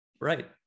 Right